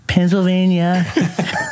Pennsylvania